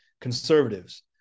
conservatives